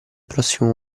prossimo